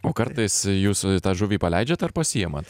o kartais jūs tą žuvį paleidžiat ar pasiimat